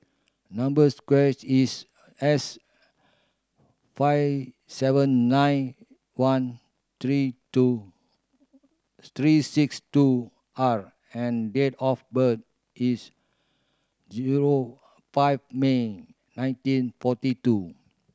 number sequence is S five seven nine one three two three six two R and date of birth is zero five May nineteen forty two